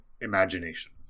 imagination